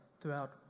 throughout